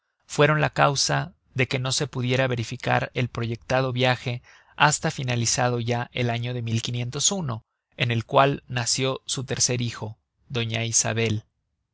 fueron causa de que no se pudiera verificar el proyectado viaje hasta finalizado ya el año de en el cual nació su tercer hijo